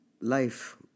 life